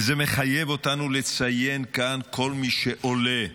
וזה מחייב אותנו לציין כאן, כל מי שעולה,